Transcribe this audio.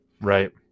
Right